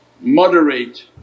moderate